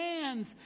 hands